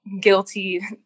guilty